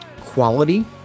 quality